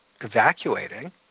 evacuating